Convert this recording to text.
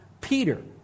Peter